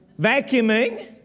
vacuuming